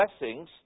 blessings